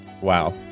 Wow